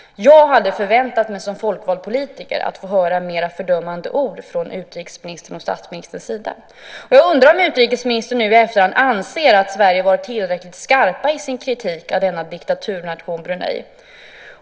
Jag hade som folkvald politiker förväntat mig att få höra mera fördömande ord från utrikesministerns och statsministerns sida. Jag undrar om utrikesministern nu i efterhand anser att man från Sverige varit tillräckligt skarp i kritiken av denna diktaturnation, Brunei.